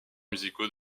musicaux